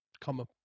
come